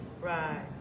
Right